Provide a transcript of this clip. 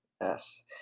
Yes